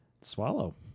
swallow